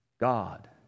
God